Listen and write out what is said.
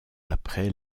après